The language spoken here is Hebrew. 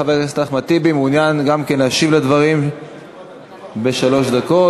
חבר הכנסת אחמד טיבי מעוניין גם כן להשיב על הדברים בשלוש דקות.